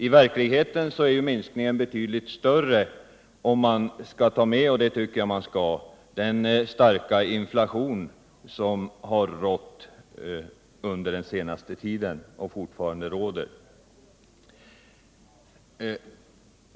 I verkligheten är minskningen betydligt större om man skall ta med — och det tycker jag att man skall — den starka inflation som rått under den senaste tiden och som fortfarande råder.